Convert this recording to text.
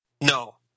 No